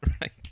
Right